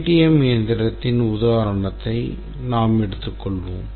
ATM இயந்திரத்தின் உதாரணத்தை நாங்கள் எடுத்துக்கொள்கிறோம்